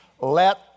let